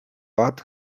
bat